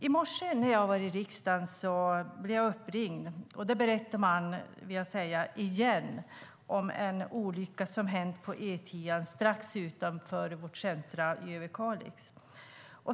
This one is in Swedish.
I morse när jag var i riksdagen blev jag uppringd. Man berättade att en olycka hänt igen på E10:an strax utanför vårt centrum i Överkalix.